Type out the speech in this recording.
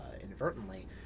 inadvertently